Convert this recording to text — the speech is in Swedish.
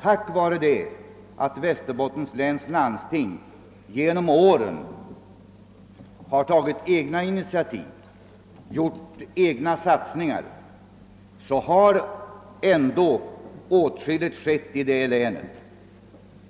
Tack vare att Västerbottens läns landsting genom åren har tagit egna initiativ och gjurt egna satsningar har också åtskilligt skett i länet.